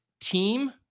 team